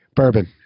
Bourbon